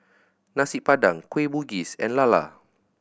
Nasi Padang Kueh Bugis and lala